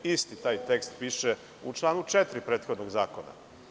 Isti taj tekst piše u članu 4. prethodnog zakona.